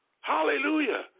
Hallelujah